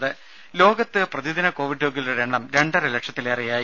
ദേശ ലോകത്ത് പ്രതിദിന കോവിഡ് രോഗികളുടെ എണ്ണം രണ്ടര ലക്ഷത്തിലേറെയായി